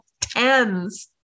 tens